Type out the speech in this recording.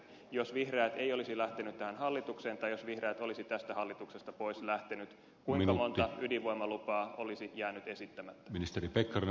jos vihreät ei olisi lähtenyt tähän hallitukseen tai jos vihreät olisi tästä hallituksesta pois lähtenyt kuinka monta ydinvoimalupaa olisi jäänyt esittämättä